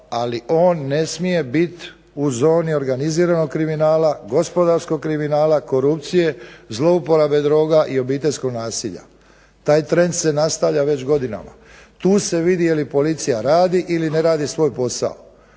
ali on ne smije biti u zoni organiziranog kriminala, gospodarskog kriminala, korupcije, zlouporabe droga i obiteljskog nasilja. Taj trend se nastavlja već godinama. Tu se vidi jeli policija radi ili ne radi svoj posao.